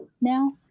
now